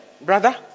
Brother